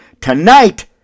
tonight